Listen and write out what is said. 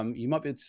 um you might be,